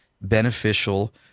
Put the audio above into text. beneficial